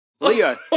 Leo